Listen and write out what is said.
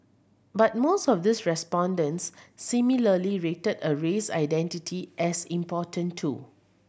but most of these respondents similarly rated a race identity as important too